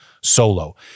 solo